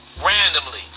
Randomly